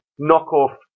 knockoff